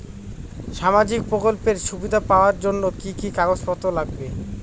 সামাজিক প্রকল্পের সুবিধা পাওয়ার জন্য কি কি কাগজ পত্র লাগবে?